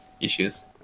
issues